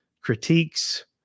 critiques